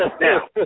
Now